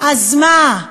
אז מה?